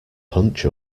punch